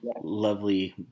lovely